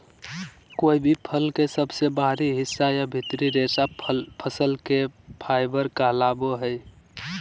कोय भी फल के सबसे बाहरी हिस्सा या भीतरी रेशा फसल के फाइबर कहलावय हय